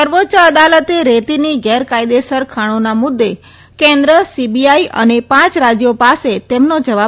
સર્વોચ્ય અદાલતે રેતીની ગેરકાયદેસર ખાણોના મુદ્દે કેન્દ્ર સીબીઆઇ અને પાંચ રાજ્યો પાસે તેમનો જવાબ માંગ્યો છે